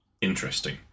interesting